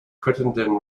crittenden